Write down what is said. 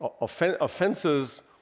Offenses